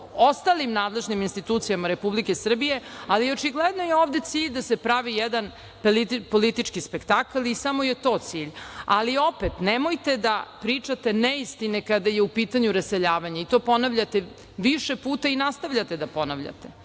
ostalim nadležnim institucijama Republike Srbije, ali je očigledno cilj da se ovde pravi jedan politički spektakl i samo je to cilj. Opet, nemojte da pričate neistine kada je u pitanju raseljavanje i to ponavljate više puta i nastavljate da ponavljate.